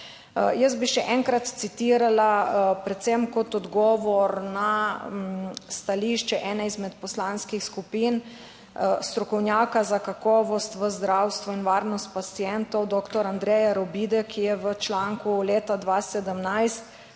Jaz bi še enkrat citirala, predvsem kot odgovor na stališče ene izmed poslanskih skupin, strokovnjaka za kakovost v zdravstvu in varnost pacientov doktor Andreja Robide, ki je v članku leta 2017